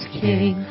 king